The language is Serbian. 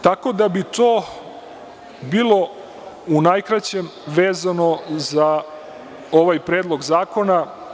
Tako da bi to bilo u najkraćem vezano za ovaj predlog zakona.